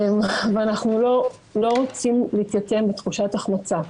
אנחנו לא רוצים להתייתם עם תחושת החמצה.